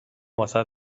واست